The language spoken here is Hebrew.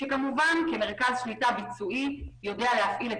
שכמובן כמרכז שליטה ביצועי יודע להפעיל את